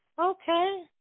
Okay